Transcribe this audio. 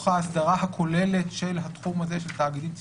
ההסדרה הכוללת של התחום הזה של תאגידים ציבוריים,